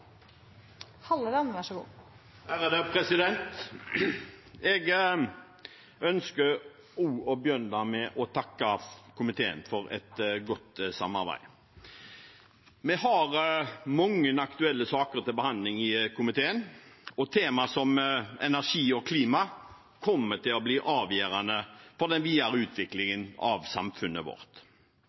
Jeg ønsker også å begynne med å takke komiteen for et godt samarbeid. Vi har mange aktuelle saker til behandling i komiteen, og tema som energi og klima kommer til å bli avgjørende for den videre utviklingen av samfunnet vårt.